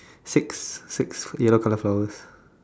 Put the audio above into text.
six six yellow colour flowers